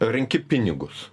renki pinigus